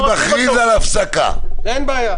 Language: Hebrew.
יש ילדים שצריך להחזיר אותם הביתה.